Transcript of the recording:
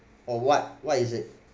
or what what is it